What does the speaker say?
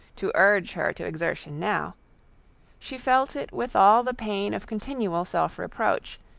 to urge her to exertion now she felt it with all the pain of continual self-reproach,